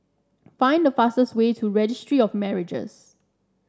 find the fastest way to Registry of Marriages